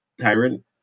tyrant